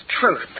truth